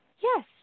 Yes